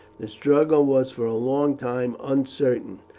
the struggle was for a long time uncertain,